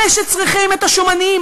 אלה שצריכים את השומנים,